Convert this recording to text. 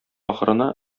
ахырына